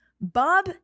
Bob